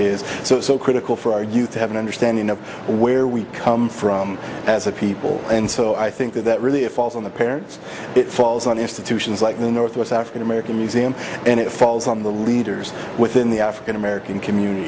is so so critical for our youth to have an understanding of where we come from as a people and so i think that really it falls on the parents it falls on institutions like the northwest african american museum and it falls on the leaders within the african american community